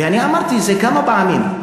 ואני אמרתי את זה כמה פעמים: